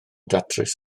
datrys